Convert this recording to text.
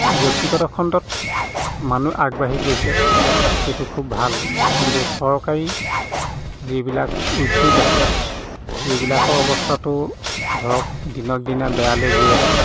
ব্যক্তিগত খণ্ডত মানুহ আগবাঢ়ি গৈছে সেইটো খুব ভাল কিন্তু চৰকাৰী যিবিলাক উদ্যোগ আছে সেইবিলাকৰ অৱস্থাটো ধৰক দিনক দিনে বেয়ালৈ গৈ আছে